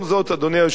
אדוני היושב-ראש,